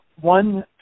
one